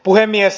puhemies